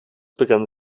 begann